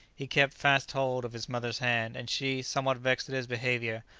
he kept fast hold of his mother's hand, and she, somewhat vexed at his behaviour,